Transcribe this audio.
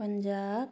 Punjab